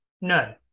No